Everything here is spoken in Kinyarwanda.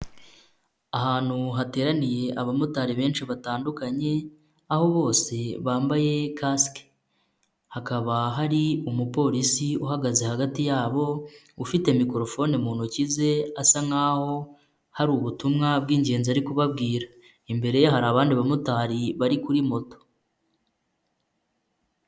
Ahantu hateraniye aba motari benshi batandukanye. Aho bose bambaye Kasike. Hakaba hari umupolisi uhagaze hagati yabo ufite micro phone mu ntoki ze asa nkaho hari ubutumwa bw'ingenzi ari kubabwira. Imbere ye hari abandi ba motari bari kuri moto.